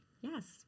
Yes